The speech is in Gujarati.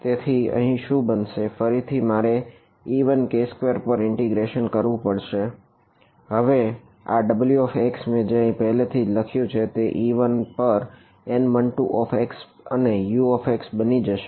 તેથી અહીં શું બનશે ફરીથી મારે e1k2 પર ઇન્ટિગ્રેશન કરવું પડશે બરાબર હવે આ wx મેં અહીં પહેલેથીજ લખ્યું છે તે e1 પર N12x અને Ux બની જશે